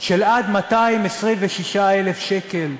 של עד 226,000 שקל.